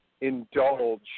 indulge